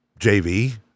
JV